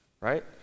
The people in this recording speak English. right